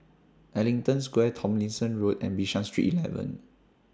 Ellington Square Tomlinson Road and Bishan Street eleven